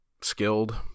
skilled